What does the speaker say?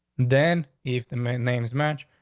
then if the main names match,